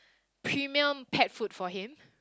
premium pet food for him